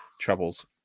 troubles